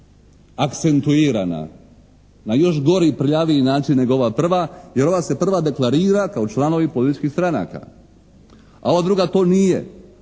akcentuirana na još gori i prljaviji način nego ova prva jer ova se prva deklarira kao članovi političkih stranaka, a ova druga to nije.